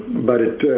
but it